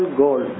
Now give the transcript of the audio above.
goal